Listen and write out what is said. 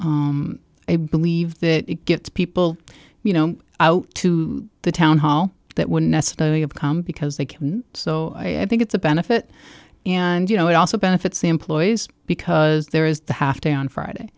residents i believe that it gets people you know out to the town hall that wouldn't necessarily have come because they can so i think it's a benefit and you know it also benefits the employees because there is the have to on friday